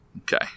Okay